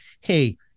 Hey